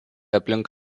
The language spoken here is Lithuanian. aplink